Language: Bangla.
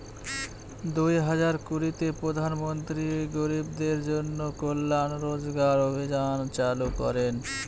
দুই হাজার কুড়িতে প্রধান মন্ত্রী গরিবদের জন্য কল্যান রোজগার অভিযান চালু করেন